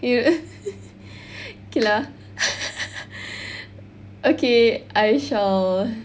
you okay lah okay I shall